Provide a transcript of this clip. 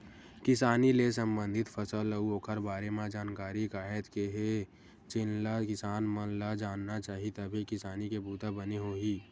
किसानी ले संबंधित फसल अउ ओखर बारे म जानकारी काहेच के हे जेनला किसान मन ल जानना चाही तभे किसानी के बूता बने होही